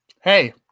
Hey